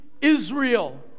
Israel